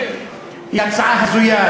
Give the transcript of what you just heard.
היא הצעה הזויה,